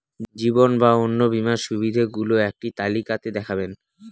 জীবন বা অন্ন বীমার সুবিধে গুলো একটি তালিকা তে দেখাবেন?